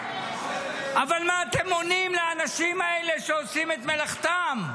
אבל מה אתם עונים לאנשים האלה שעושים את מלאכתם?